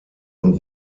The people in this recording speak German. und